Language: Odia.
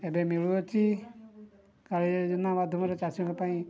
ଏବେ ମିଳୁଅଛି କାଳିଆ ଯୋଜନା ମାଧ୍ୟମରେ ଚାଷୀଙ୍କ ପାଇଁ